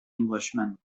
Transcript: englishman